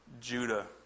Judah